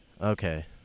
Okay